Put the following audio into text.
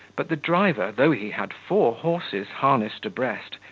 but the driver, though he had four horses harnessed abreast,